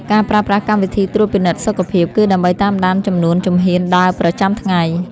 ការប្រើប្រាស់កម្មវិធីត្រួតពិនិត្យសុខភាព គឺដើម្បីតាមដានចំនួនជំហានដើរប្រចាំថ្ងៃ។